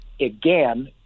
again